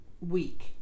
week